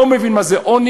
לא מבין מה זה עוני.